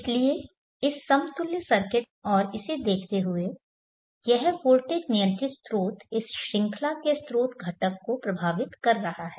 इसलिए इस समतुल्य सर्किट और इसे देखते हुए यह वोल्टेज नियंत्रित स्रोत इस श्रंखला के स्रोत घटक को प्रभावित कर रहा है